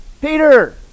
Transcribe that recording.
Peter